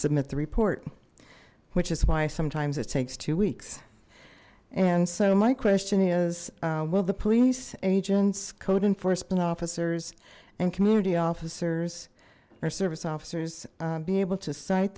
submit the report which is why sometimes it takes two weeks and so my question is will the police agents code enforcement officers and community officers our service officers be able to site